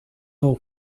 all